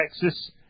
Texas